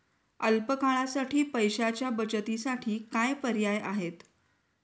अल्प काळासाठी पैशाच्या बचतीसाठी काय पर्याय आहेत?